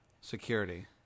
security